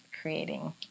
creating